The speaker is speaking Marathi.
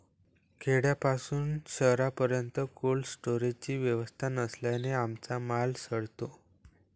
खेड्यापासून शहरापर्यंत कोल्ड स्टोरेजची व्यवस्था नसल्याने आमचा माल सडतो